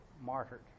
martyred